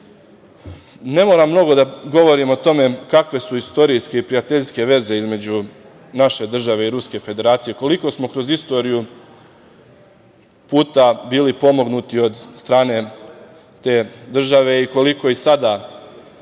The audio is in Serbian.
moram mnogo da govorim o tome kakve su istorijske i prijateljske veze između naše države i Ruske Federacije koliko smo kroz istoriju puta bili pomognuti od strane te države i koliko i sada